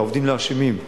כי העובדים לא אשמים,